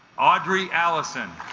audrey allison